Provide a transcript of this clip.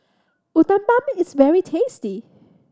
uthapam is very tasty